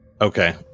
Okay